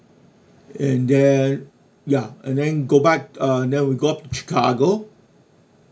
and then ya and then go back uh then we got chicago